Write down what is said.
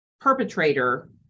perpetrator